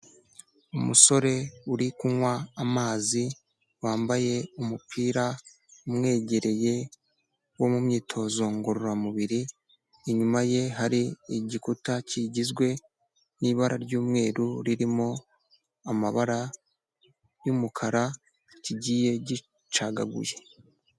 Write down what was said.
Umusore uri kunywa amazi, wambaye umupira umwegereye wo mu myitozo ngororamubiri, inyuma ye hari igikuta kigizwe n'ibara ry'umweru, ririmo amabara y'umukara kigiye gicagaguye.